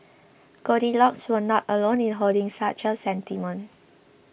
goldilocks was not alone in holding such a sentiment